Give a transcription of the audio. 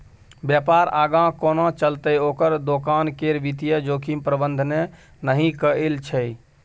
बेपार आगाँ कोना चलतै ओकर दोकान केर वित्तीय जोखिम प्रबंधने नहि कएल छै